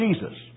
Jesus